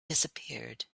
disappeared